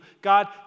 God